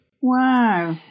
Wow